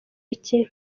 iki